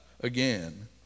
again